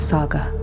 Saga